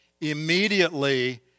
immediately